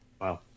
Wow